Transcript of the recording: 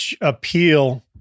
appeal